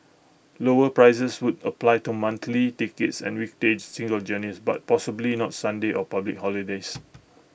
lower prices would apply to monthly tickets and weekday single journeys but possibly not Sundays or public holidays